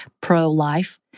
pro-life